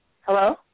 hello